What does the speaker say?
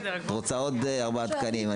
את רוצה עוד ארבעה תקנים?